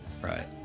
right